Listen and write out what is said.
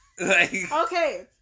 Okay